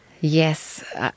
Yes